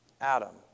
Adam